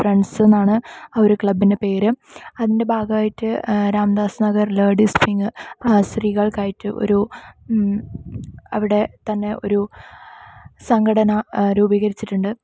ഫ്രണ്ട്സെന്നാണ് ഒരു ക്ലബ്ബിൻ്റെ പേര് അതിൻ്റെ ഭാഗമായിട്ട് രാംദാസ് നഗർ ലേഡീസ് വിങ് സ്ത്രീകൾക്കായിട്ട് ഒരു അവിടെ തന്നെ ഒരു സംഘടന രുപീകരിച്ചിട്ടുണ്ട്